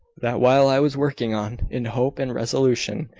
that while i was working on, in hope and resolution,